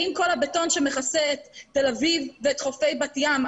האם כל הבטון שמכסה את תל אביב ואת חופי בת ים,